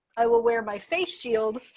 i will wear my face shield